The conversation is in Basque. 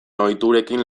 ohiturekin